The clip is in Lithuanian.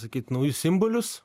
sakyt naujus simbolius